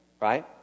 right